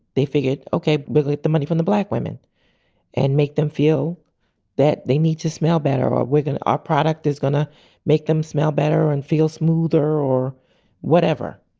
they figured, ok, we'll get the money from the black women and make them feel that they need to smell better or we're going to. our product is going to make them smell better and feel smoother or whatever.